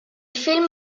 film